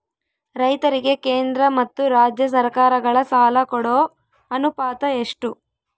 ರೈತರಿಗೆ ಕೇಂದ್ರ ಮತ್ತು ರಾಜ್ಯ ಸರಕಾರಗಳ ಸಾಲ ಕೊಡೋ ಅನುಪಾತ ಎಷ್ಟು?